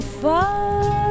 far